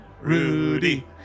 Rudy